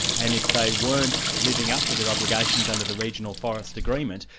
and if they weren't living up to their obligations under the regional forest agreement,